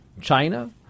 China